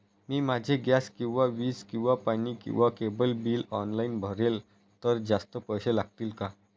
मी माझे गॅस किंवा वीज किंवा पाणी किंवा केबल बिल ऑनलाईन भरले तर जास्त पैसे लागतील का?